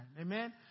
Amen